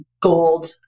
gold